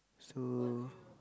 so